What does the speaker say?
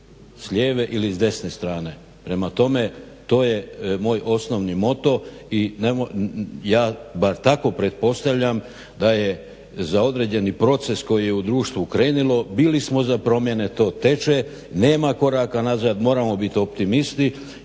s lijeve ili s desne strane. Prema tome, to je moj osnovni moto i ja bar tako pretpostavljam da je za određeni proces koji je u društvu krenulo bili smo za promjene, to teče, nema koraka nazad, moramo bit optimisti